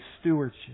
stewardship